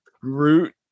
Groot